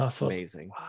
amazing